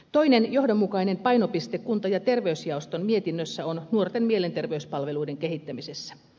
toinen johdonmukainen painopiste kunta ja terveysjaoston mietinnössä on nuorten mielenterveyspalveluiden kehittämisessä